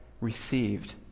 received